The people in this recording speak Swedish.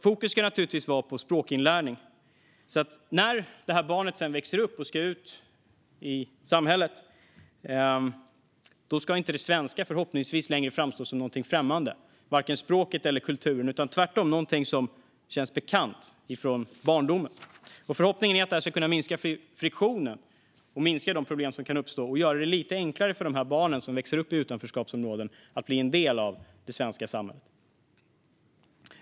Fokus ska vara på språkinlärning så att när det här barnet sedan växer upp och ska ut i samhället ska förhoppningsvis varken det svenska språket eller den svenska kulturen längre framstå som någonting främmande utan tvärtom som någonting som känns bekant från barndomen. Förhoppningen är att detta ska kunna minska friktionen och de problem som kan uppstå och i stället göra det lite enklare för de barn som växer upp i utanförskapsområden att bli en del av det svenska samhället.